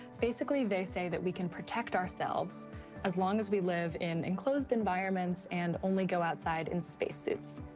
basically, they say that we can protect ourselves as long as we live in enclosed environments and only go outside in space suits,